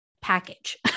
package